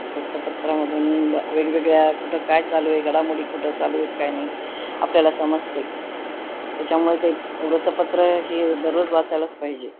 वृत्तपत्रामधून ब वेगवेगळ्या कुठं काय चालू आहे घडामोडी कुठं चालूेत काय नाही आपल्याला समजते त्याच्यामुळे ते वृत्तपत्र हे दररोज वाचायलाच पाहिजे